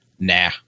Nah